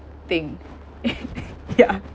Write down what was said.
thing ya